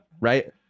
right